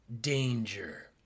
danger